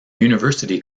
university